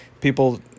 People